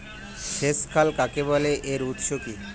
সেচ খাল কাকে বলে এর উৎস কি?